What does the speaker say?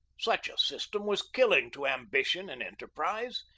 such a system was killing to ambition and enter prise.